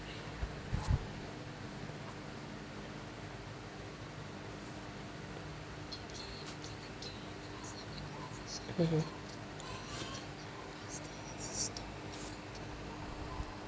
mmhmm